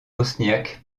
bosniaque